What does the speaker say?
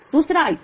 दूसरा आइटम